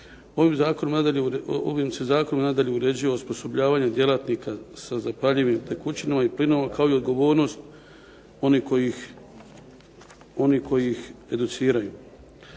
Ovim se zakonom nadalje uređuje osposobljavanje djelatnika sa zapaljivim tekućinama i plinovima kao i odgovornost onih koji ih educiraju.